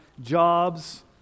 jobs